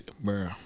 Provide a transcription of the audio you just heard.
bro